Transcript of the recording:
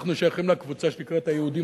אנחנו שייכים לקבוצה שנקראת "היהודים